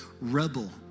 rebel